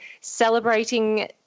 celebrating